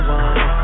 one